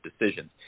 decisions